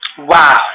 Wow